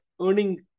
earning